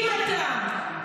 אם אתה,